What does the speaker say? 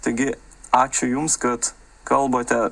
taigi ačiū jums kad kalbate